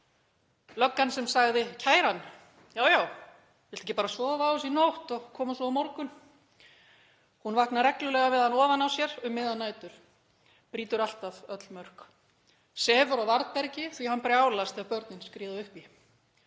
Löggan sem sagði: Kæra hann? Já, já, viltu ekki bara sofa á þessu í nótt og koma svo á morgun? Hún vaknar reglulega við hann ofan á sér um miðjar nætur — brýtur alltaf öll mörk — sefur á varðbergi því hann brjálast ef börnin skríða upp í.